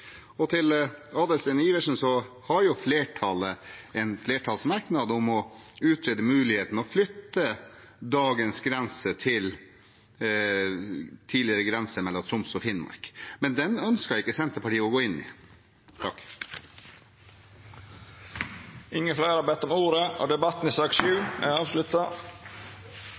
Til representanten Adelsten Iversen: Flertallet har en merknad om å utrede muligheten for å flytte dagens grense til tidligere grense mellom Troms og Finnmark. Men den ønsket ikke Senterpartiet å gå inn i. Fleire har ikkje bedt om ordet til sak nr. 7. Etter ønske frå familie- og